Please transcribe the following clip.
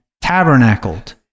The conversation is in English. tabernacled